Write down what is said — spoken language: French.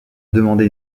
demandé